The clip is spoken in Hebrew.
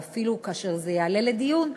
או אפילו כאשר זה יעלה לדיון,